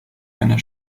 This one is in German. einer